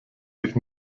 sich